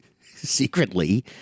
secretly